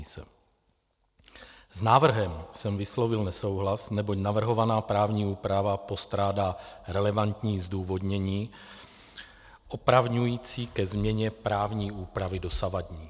S návrhem jsem vyslovil nesouhlas, neboť navrhovaná právní úprava postrádá relevantní zdůvodnění opravňující ke změně právní úpravy dosavadní.